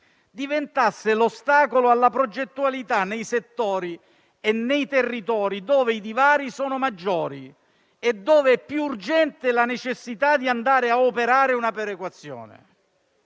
diventasse l'ostacolo alla progettualità nei settori e nei territori dove i divari sono maggiori e dove è più urgente la necessità di andare a operare una perequazione.